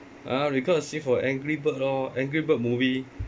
ah you got to see for angry bird lor angry bird movie